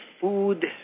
food